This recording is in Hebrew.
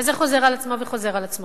וזה חוזר על עצמו, וחוזר על עצמו.